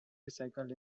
recycled